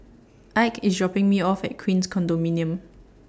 Ike IS dropping Me off At Queens Condominium